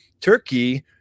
Turkey